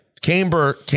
Camber